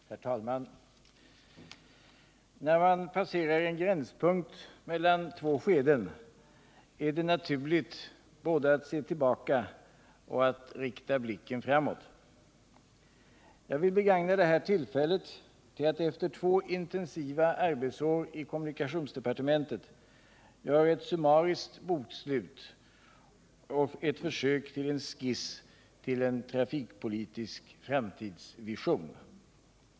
Herr talman! När man passerar en gränspunkt mellan två skeden är det naturligt både att se tillbaka och att rikta blicken framåt. Jag vill begagna detta tillfälle till att efter två intensiva arbetsår i kommunikationsdepartementet göra ett summariskt bokslut och ett försök till en skiss till en trafikpolitisk framtidsvision.